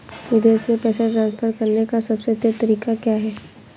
विदेश में पैसा ट्रांसफर करने का सबसे तेज़ तरीका क्या है?